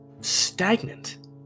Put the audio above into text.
stagnant